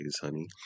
honey